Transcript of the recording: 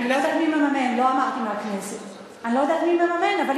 אני לא יודעת מי מממן, לא אמרתי מהכנסת.